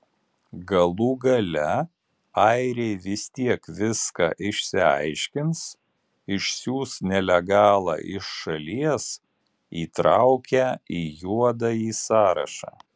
galų gale airiai vis tiek viską išsiaiškins išsiųs nelegalą iš šalies įtraukę į juodąjį sąrašą